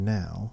now